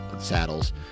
Saddles